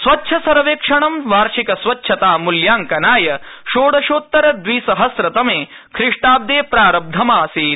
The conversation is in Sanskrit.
स्वच्छसर्वेक्षणं वार्षिकस्वच्छता मूल्यांकनाय षोडशोतरद्विसहस्रतमे ख्रीष्टाब्दे प्रारब्धम् आसीत्